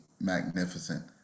magnificent